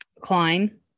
Klein